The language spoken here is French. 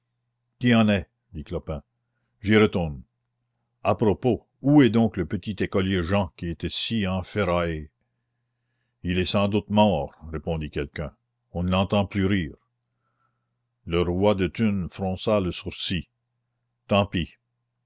qui en est dit clopin j'y retourne à propos où est donc le petit écolier jehan qui était si enferraillé il est sans doute mort répondit quelqu'un on ne l'entend plus rire le roi de thunes fronça le sourcil tant pis